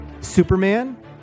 Superman